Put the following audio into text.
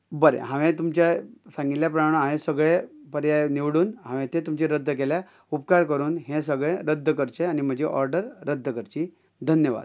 बरें हांवें तुमच्या सांगिल्ल्या प्रमाणे हांवें सगळे पर्याय निवडून हांवें ते तुमचे रद्द केल्या उपकार करून हें सगळें रद्द करचें आनी म्हजी ऑर्डर रद्द करची धन्यवाद